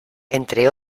entre